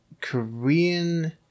korean